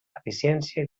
eficiència